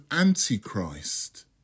Antichrist